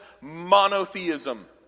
monotheism